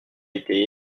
été